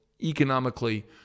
economically